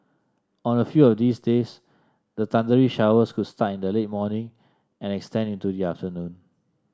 on a few of these days the thundery showers could start in the late morning and extend into the afternoon